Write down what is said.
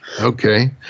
okay